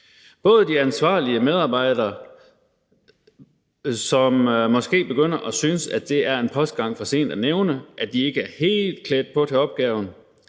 de ansvarlige medarbejdere, som måske begynder at synes, at det er en postgang for sent at nævne, at de ikke er helt klædt på til opgaven,